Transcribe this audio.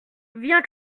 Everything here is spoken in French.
viens